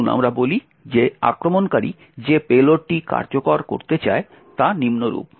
আসুন আমরা বলি যে আক্রমণকারী যে পেলোডটি কার্যকর করতে চায় তা নিম্নরূপ